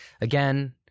again